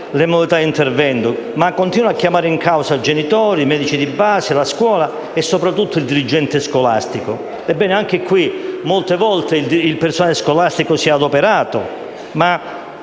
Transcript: delle modalità di intervento, ma continuano a chiamare in causa i genitori, i medici di base, la scuola e soprattutto il dirigente scolastico. Ebbene, anche a questo riguardo molte volte il personale scolastico si è adoperato,